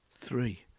three